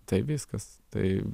tai viskas tai